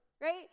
right